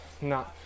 no